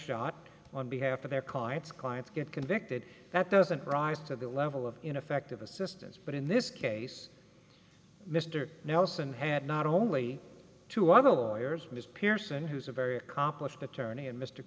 shot on behalf of their clients clients get convicted that doesn't rise to the level of ineffective assistance but in this case mr nelson had not only two of the lawyers mr pearson who's a very accomplished attorney and mr